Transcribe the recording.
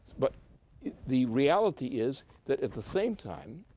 but the reality is, that at the same time,